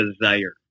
desire